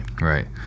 Right